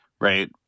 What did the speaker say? right